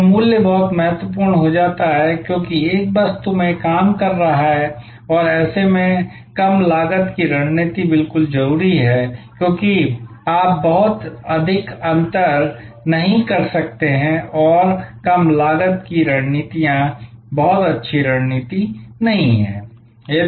तो मूल्य बहुत महत्वपूर्ण हो जाता है क्योंकि एक वस्तु में काम कर रहा है और ऐसे में कम लागत की रणनीति बिल्कुल जरूरी है क्योंकि आप बहुत अधिक अंतर नहीं कर सकते हैं और कम लागत की रणनीतियां बहुत अच्छी रणनीति नहीं हैं